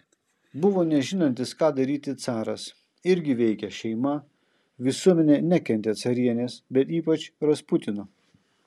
buvo nežinantis ką daryti caras irgi veikė šeima visuomenė nekentė carienės bet ypač rasputino